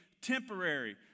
temporary